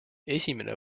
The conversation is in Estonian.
esimene